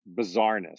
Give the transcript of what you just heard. bizarreness